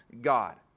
God